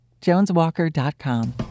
JonesWalker.com